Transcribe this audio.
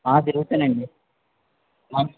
తిరుగుతున్నాండి